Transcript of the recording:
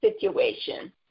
situation